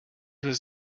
was